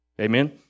Amen